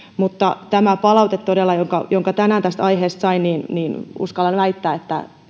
mutta todella tämän palautteen suhteen jonka tänään tästä aiheesta sain uskallan väittää